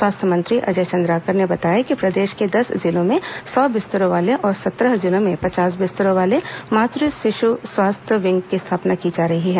स्वास्थ्य मंत्री अजय चन्द्राकर ने बताया कि प्रदेश के दस जिलों में सौ बिस्तरों वाले और सत्रह जिलों में पचास बिस्तरों वाले मात शिश् स्वास्थ्य विंग की स्थापना की जा रही है